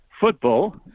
football